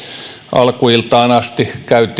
alkuiltaan asti